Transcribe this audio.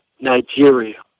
Nigeria